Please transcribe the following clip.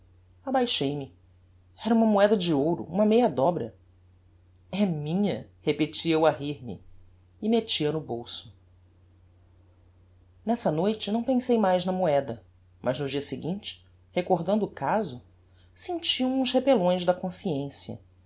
abaixei me era uma moeda de ouro uma meia dobra é minha repeti eu a rir me e metti a no bolso nessa noite não pensei mais na moeda mas no dia seguinte recordando o caso senti uns repellões da consciencia